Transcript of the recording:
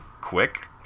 quick